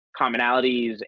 commonalities